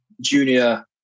junior